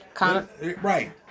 Right